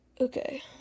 Okay